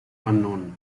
unknown